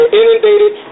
inundated